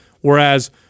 Whereas